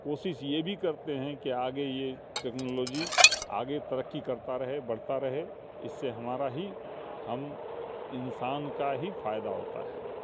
کوشش یہ بھی کرتے ہیں کہ آگے یہ ٹیکنالوجی آگے ترقی کرتا رہے بڑھتا رہے اس سے ہمارا ہی ہم انسان کا ہی فائدہ ہوتا ہے